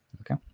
okay